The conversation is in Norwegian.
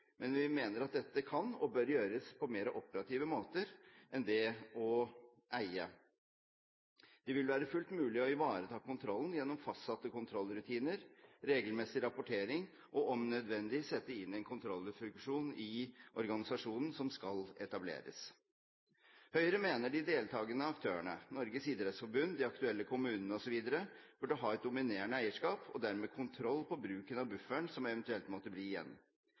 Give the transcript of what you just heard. men vi mener at dette kan og bør gjøres på mer operative måter enn det å eie. Det vil være fullt mulig å ivareta kontrollen gjennom fastsatte kontrollrutiner, regelmessig rapportering og, om nødvendig, sette inn en kontrollfunksjon i organisasjonen som skal etableres. Høyre mener de deltakende aktørene, Norges idrettsforbund, de aktuelle kommunene osv., burde ha et dominerende eierskap og dermed kontroll på bruken av bufferen som eventuelt måtte bli igjen.